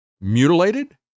mutilated